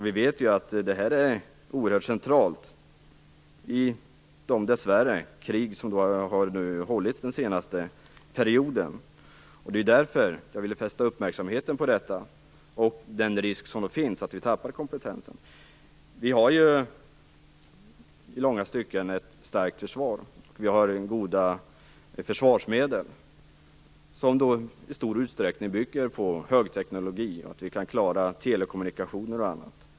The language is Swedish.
Vi vet ju att det här har varit oerhört centralt i de krig som har förts under den senaste perioden. Det är därför jag ville fästa uppmärksamheten på detta och på den risk som finns att vi tappar kompetensen. Vi har ju i långa stycken ett starkt försvar, och vi har goda försvarsmedel som i stor utsträckning bygger på högteknologi och på att vi kan klara telekommunikation och annat.